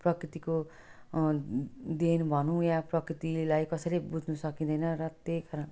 प्रकृतिको देन भनौँ या प्रकृतिलाई कसैले बुझ्न सकिँदैन र त्यही कारण